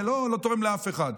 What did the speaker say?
זה לא תורם לאף אחד.